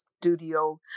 studio